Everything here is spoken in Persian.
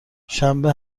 شنبه